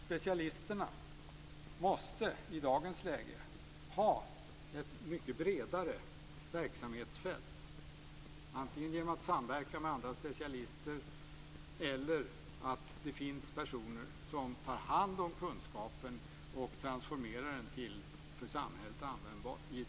Specialisterna måste i dagens läge ha ett mycket bredare verksamhetsfält, antingen genom att samverka med andra specialister eller genom att det finns personer som tar hand om kunskapen och transformerar den till en för samhället användbar form.